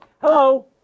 Hello